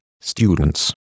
students